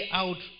out